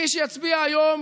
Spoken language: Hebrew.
מי שיצביע היום